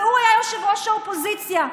והוא היה ראש האופוזיציה,